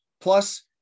Plus